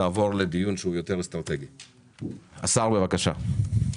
השר, בבקשה.